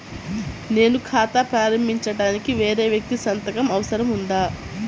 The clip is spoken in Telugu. నేను ఖాతా ప్రారంభించటానికి వేరే వ్యక్తి సంతకం అవసరం ఉందా?